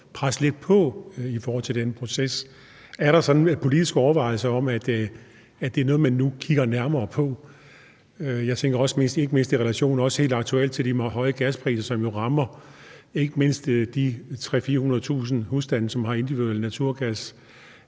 presse lidt på i forhold til den proces. Er der sådan politiske overvejelser, i forhold til at det nu er noget, man kigger nærmere på? Jeg tænker også på det i relation til de høje gaspriser helt aktuelt, som jo ikke mindst rammer de 300.000-400.000 husstande, som har individuel naturgas,